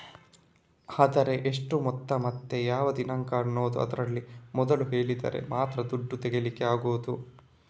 ಆದ್ರೆ ಎಷ್ಟು ಮೊತ್ತ ಮತ್ತೆ ಯಾವ ದಿನಾಂಕ ಅನ್ನುದು ಅದ್ರಲ್ಲಿ ಮೊದ್ಲೇ ಹೇಳಿದ್ರೆ ಮಾತ್ರ ದುಡ್ಡು ತೆಗೀಲಿಕ್ಕೆ ಆಗುದು